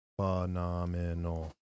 phenomenal